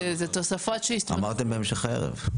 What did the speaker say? אמרתם בהמשך הערב.